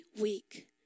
week